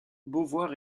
beauvoir